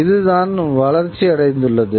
இதுதான் வளர்ச்சியடைந்துள்ளது